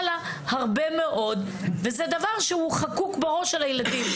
לה הרבה מאוד וזה דבר שנחקק בראש של הילדים.